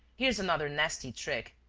here's another nasty trick.